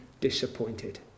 disappointed